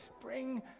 Bring